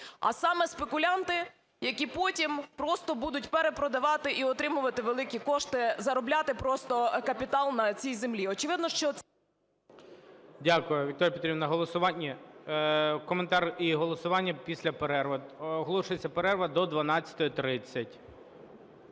а саме спекулянти, які потім просто будуть перепродавати і отримувати великі кошти, заробляти просто капітал на цій землі.